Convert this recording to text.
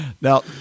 now